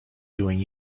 doing